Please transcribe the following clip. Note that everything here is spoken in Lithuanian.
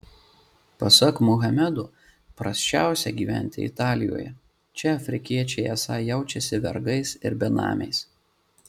pasak muhamedo prasčiausia gyventi italijoje čia afrikiečiai esą jaučiasi vergais ir benamiais